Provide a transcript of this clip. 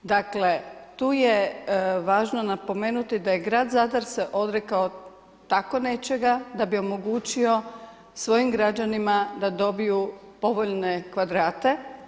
Dakle, tu je važno napomenuti da je grad Zadar se odrekao tako nečega da bi omogućio svojim građanima da dobiju povoljne kvadrate.